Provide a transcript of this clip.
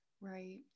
Right